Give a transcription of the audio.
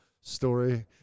story